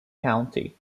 county